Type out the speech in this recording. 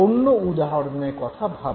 অন্য উদাহরণের কথা ভাবুন